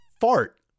fart